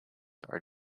are